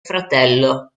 fratello